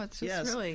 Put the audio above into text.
yes